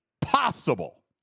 possible